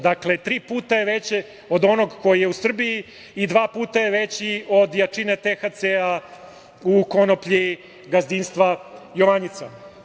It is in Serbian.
Dakle, tri puta je veće od onog koji je u Srbiji i dva puta je veći od jačine THC-a u konoplji gazdinstva „Jovanjica“